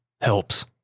helps